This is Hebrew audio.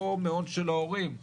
או מהון של ההורים,